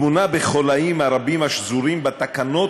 חבר הכנסת הרב אלי בן-דהן הצביע במקום אלי אלאלוף בטעות,